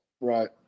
Right